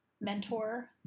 mentor